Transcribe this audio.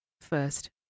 first